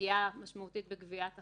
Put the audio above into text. לפגיעה משמעותית בגביית החוב,